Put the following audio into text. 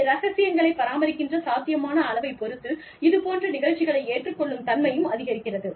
ஆகவே ரகசியங்களைப் பராமரிக்கின்ற சாத்தியமான அளவைப் பொறுத்து இதுபோன்ற நிகழ்ச்சிகளை ஏற்றுக் கொள்ளும் தன்மையும் அதிகரிக்கிறது